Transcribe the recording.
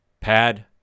Pad